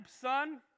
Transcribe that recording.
son